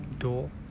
Door